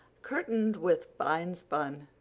curtained with fine-spun,